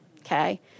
Okay